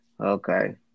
Okay